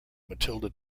matilda